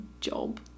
job